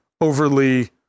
overly